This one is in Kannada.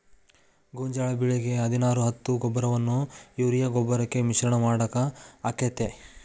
ಗೋಂಜಾಳ ಬೆಳಿಗೆ ಹದಿನಾರು ಹತ್ತು ಗೊಬ್ಬರವನ್ನು ಯೂರಿಯಾ ಗೊಬ್ಬರಕ್ಕೆ ಮಿಶ್ರಣ ಮಾಡಾಕ ಆಕ್ಕೆತಿ?